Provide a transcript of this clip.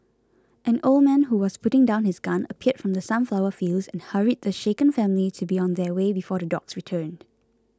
an old man who was putting down his gun appeared from the sunflower fields and hurried the shaken family to be on their way before the dogs return